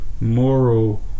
moral